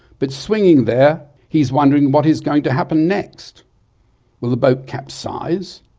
but swinging there he's wondering what is going to happen next will the boat capsize,